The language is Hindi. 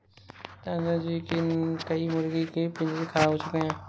चाचा जी के कई मुर्गी के पिंजरे खराब हो चुके हैं